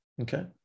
Okay